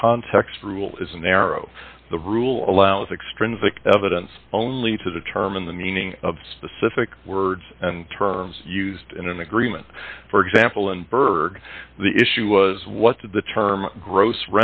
the context rule is a narrow the rule allows extrinsic evidence only to determine the meaning of specific words and terms used in an agreement for example in berg the issue was what did the term gross